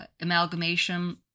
amalgamation